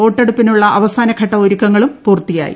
വോട്ടെടുപ്പിനുള്ള അവസ്ക്കുന്റ്ലട്ട ഒരുക്കങ്ങളും പൂർത്തിയായി